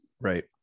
Right